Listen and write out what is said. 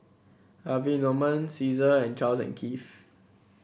Harvey Norman Cesar and Charles and Keith